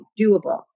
doable